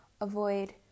avoid